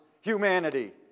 humanity